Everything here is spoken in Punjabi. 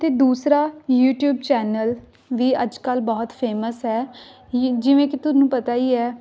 ਅਤੇ ਦੂਸਰਾ ਯੂਟੀਊਬ ਚੈਨਲ ਵੀ ਅੱਜ ਕੱਲ੍ਹ ਬਹੁਤ ਫੇਮਸ ਹੈ ਜਿ ਜਿਵੇਂ ਕਿ ਤੁਹਾਨੂੰ ਪਤਾ ਹੀ ਹੈ